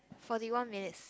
Forty One minutes